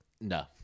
No